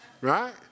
Right